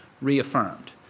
reaffirmed